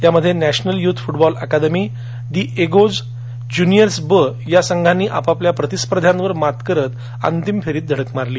यामध्ये national youth football academy आणि Diego's juniors ब या संघांनी आपापल्या प्रतिस्पर्ध्यांवर मात करत अंतिम फेरीत धडक मारली